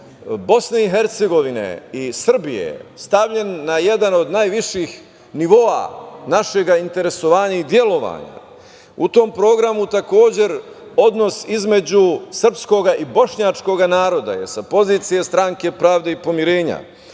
odnos između BiH, i Srbije, stavljen na jedan od najviših nivoa, našeg interesovanja i delovanja, u tom programu također odnos između srpskog i bošnjačkog naroda sa pozicije Stranke pravde i pomirenja,